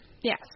yes